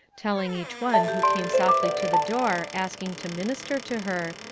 telling each one who came softly to the door asking to minister to her,